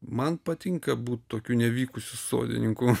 man patinka būt tokiu nevykusiu sodininku